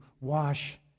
wash